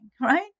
right